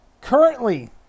Currently